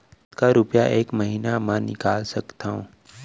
कतका रुपिया एक महीना म निकाल सकथव?